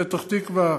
פתח-תקווה,